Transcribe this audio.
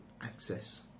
access